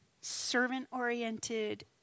servant-oriented